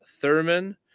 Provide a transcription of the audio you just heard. Thurman